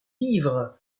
ivre